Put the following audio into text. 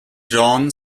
john